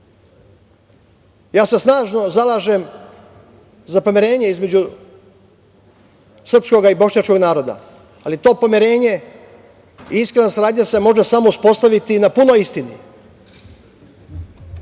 se snažno zalažem za pomirenje između srpskog i bošnjačkog naroda, ali to pomirenje i iskrena saradnja se može samo uspostaviti na punoj istini. Srbija